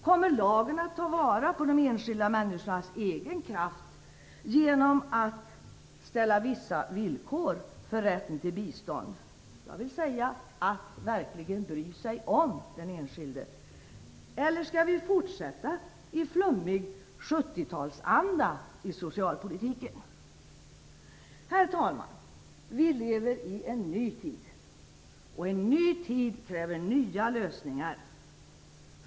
Kommer lagen att ta vara på den enskilda människans egen kraft, genom att ställa vissa villkor för rätten till bistånd? Kommer man verkligen att bry sig om den enskilde? Eller skall vi fortsätta i flummig 70 talsanda i socialpolitiken? Herr talman! Vi lever i en ny tid, och en ny tid kräver nya lösningar.